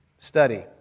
Study